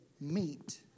meet